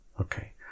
Okay